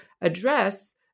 address